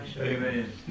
Amen